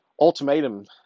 ultimatum